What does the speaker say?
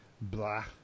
blah